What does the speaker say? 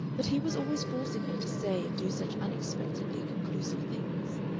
but he was always forcing her to say and do such unexpectedly conclusive things.